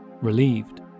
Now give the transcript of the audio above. Relieved